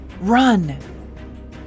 Run